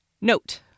Note